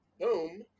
boom